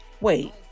wait